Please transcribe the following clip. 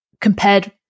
compared